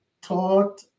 taught